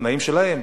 בתנאים שלהם.